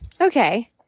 okay